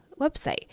website